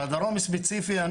בדרום ספציפית,